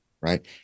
right